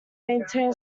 maintain